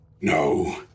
no